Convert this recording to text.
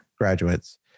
Graduates